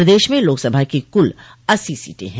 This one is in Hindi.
प्रदेश में लोकसभा की कुल अस्सी सीटें हैं